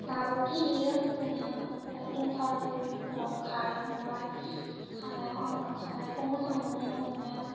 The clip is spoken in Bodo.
दाबो गेलेयो गेलेनाया ओमफ्राय इन्टारभिउफोराव खारै खांबाय खारनायाव आङो खारनायखौ मोजां मोनो मोननाया